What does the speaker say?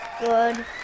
Good